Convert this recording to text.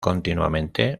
continuamente